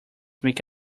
make